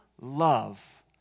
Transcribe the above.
love